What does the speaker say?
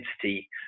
identity